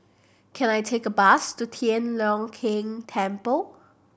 can I take a bus to Tian Leong Keng Temple